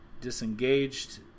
disengaged